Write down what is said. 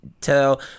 tell